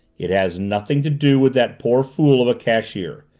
it has nothing to do with that poor fool of a cashier.